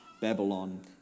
Babylon